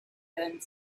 done